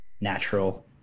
natural